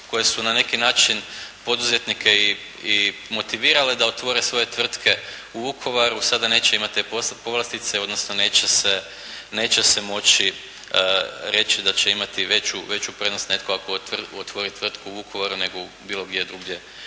koje su na neki način poduzetnike i motivirale da otvore svoje tvrtke u Vukovaru sada neće imati te povlastice, odnosno neće se moći reći da će imati veću prednost netko ako otvori tvrtku u Vukovaru, nego bilo gdje drugdje